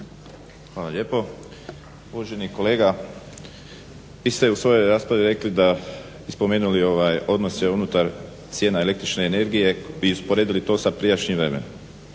Hvala lijepo. Uvaženi kolega, vi ste u svojoj raspravi rekli da i spomenuli odnose unutar cijena električne energije i usporedili to sa prijašnjim vremenom.